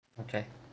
okay